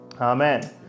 amen